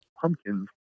pumpkins